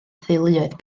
theuluoedd